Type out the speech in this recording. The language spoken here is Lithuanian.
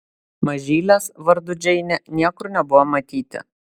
mažylės vardu džeinė niekur nebuvo matyti